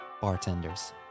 bartenders